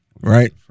Right